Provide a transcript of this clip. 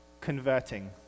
converting